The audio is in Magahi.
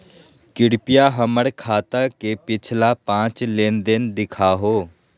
कृपया हमर खाता के पिछला पांच लेनदेन देखाहो